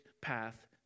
path